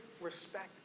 respect